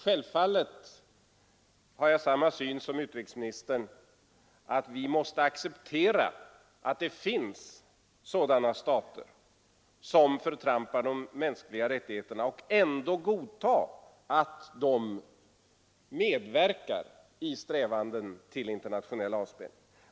Självfallet har jag samma syn som utrikesministern, att vi måste acceptera att det finns sådana stater som förtrampar de mänskliga rättigheterna och ändå godta att de medverkar i strävanden till internationell avspänning.